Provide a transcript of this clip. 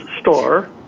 store